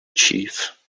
chief